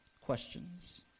questions